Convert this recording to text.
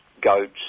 goats